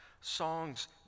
Songs